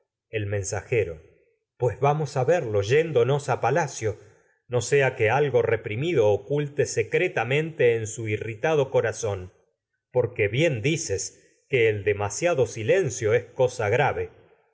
el mensajero pues vamos a verlo yéndonos a palacio en su sea que algo reprimido oculte secretamente porque irritado silencio corazón es cosa bien dices que el dema siado grave